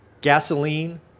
gasoline